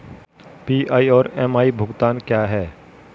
PI और MI भुगतान क्या हैं?